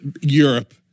Europe